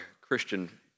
Christian